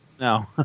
No